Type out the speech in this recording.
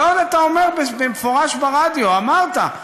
ועוד אתה אומר במפורש ברדיו, אמרת.